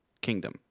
Kingdom